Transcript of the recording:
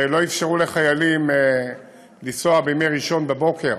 שלא אפשרו לחיילים לנסוע בימי ראשון בבוקר